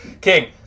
King